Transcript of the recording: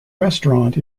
restaurant